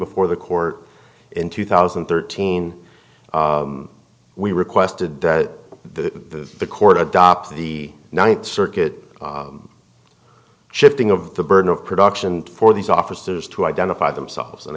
before the court in two thousand and thirteen we requested that the the court adopt the ninth circuit shifting of the burden of production for these officers to identify themselves and